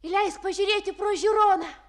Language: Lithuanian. leisk pažiūrėti pro žiūroną